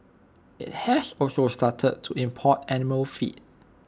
IT has also started to import animal feed